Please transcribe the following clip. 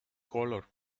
color